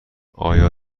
آیا